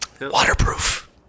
Waterproof